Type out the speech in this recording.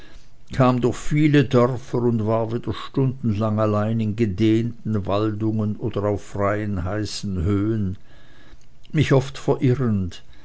kam durch viele dörfer und war wieder stundenlang allein in gedehnten waldungen oder auf freien heißen höhen mich oft verirrend